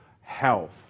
health